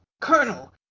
Colonel